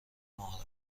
ماه